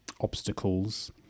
obstacles